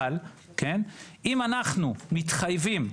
אבל אם אנחנו מתחייבים,